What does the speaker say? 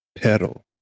pedal